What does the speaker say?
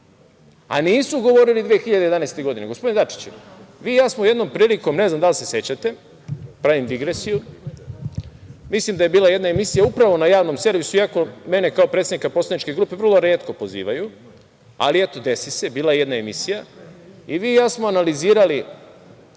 a nisu govorili 2011. godine. Gospodine Dačiću, vi i ja smo jednom prilikom, ne znam da li se sećate, pravim digresiju, mislim da je bila jedna emisija upravo na javnom servisu, iako mene kao predsednika poslaničke grupe vrlo retko pozivaju, ali eto, desi se, bila je jedna emisija. Vi i ja smo analizirali